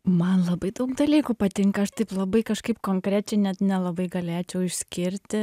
man labai daug dalykų patinka aš taip labai kažkaip konkrečiai net nelabai galėčiau išskirti